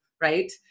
right